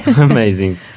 Amazing